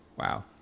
Wow